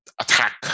attack